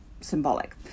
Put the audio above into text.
symbolic